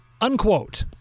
unquote